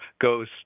goes